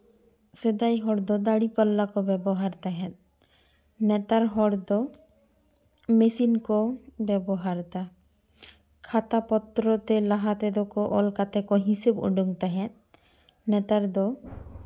ᱥᱮᱫᱟᱭ ᱦᱚᱲ ᱫᱚ ᱫᱟᱹᱲᱤ ᱯᱟᱞᱞᱟ ᱠᱚ ᱵᱮᱵᱚᱦᱟᱨ ᱛᱟᱦᱮᱸᱜ ᱱᱮᱛᱟᱨ ᱦᱚᱲ ᱫᱚ ᱢᱮᱥᱤᱱ ᱠᱚ ᱵᱮᱵᱚᱦᱟᱨᱫᱟ ᱠᱷᱟᱛᱟ ᱯᱚᱛᱨᱚ ᱛᱮ ᱞᱟᱦᱟ ᱛᱮᱫᱚ ᱠᱚ ᱚᱞ ᱠᱟᱛᱮ ᱠᱚ ᱦᱤᱥᱟᱹᱵ ᱩᱰᱩᱠ ᱛᱟᱦᱮᱸᱜ ᱱᱮᱛᱟᱨ ᱫᱚ